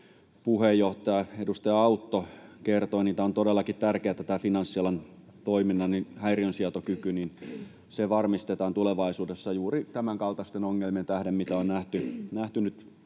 puheenjohtaja, edustaja Autto kertoi, on todellakin tärkeää, että finanssialan toiminnan häiriönsietokyky varmistetaan tulevaisuudessa juuri tämänkaltaisten ongelmien tähden, mitä on nähty nyt